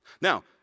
Now